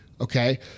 okay